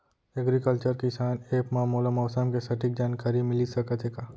Agriculture किसान app मा मोला मौसम के सटीक जानकारी मिलिस सकत हे का?